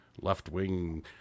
left-wing